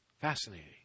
Fascinating